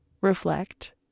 Reflect